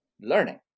learning